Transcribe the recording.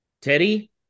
Teddy